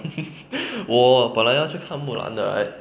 我本来要去看 mulan 的 I